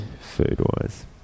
food-wise